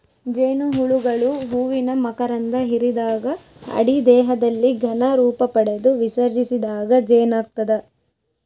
ಜೇನುಹುಳುಗಳು ಹೂವಿನ ಮಕರಂಧ ಹಿರಿದಾಗ ಅಡಿ ದೇಹದಲ್ಲಿ ಘನ ರೂಪಪಡೆದು ವಿಸರ್ಜಿಸಿದಾಗ ಜೇನಾಗ್ತದ